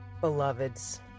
beloveds